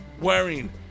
wearing